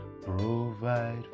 provide